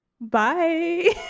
Bye